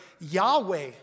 Yahweh